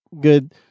good